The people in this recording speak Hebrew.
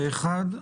פה אחד,